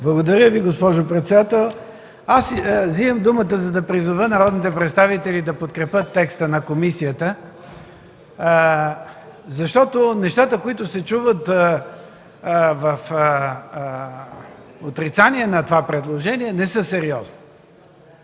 Благодаря Ви, госпожо председател. Аз вземам думата, за да призова народните представители да подкрепят текста на комисията. Нещата, които се чуват в отрицание на това предложение, не са сериозни.